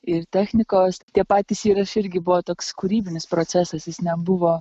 ir technikos tie patys įrašai irgi buvo toks kūrybinis procesas jis nebuvo